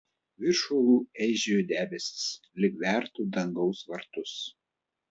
virš uolų eižėjo debesys lyg vertų dangaus vartus